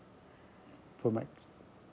pro max